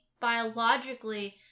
biologically